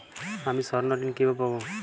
আমি স্বর্ণঋণ কিভাবে পাবো?